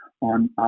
on